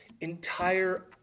Entire